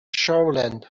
shoreland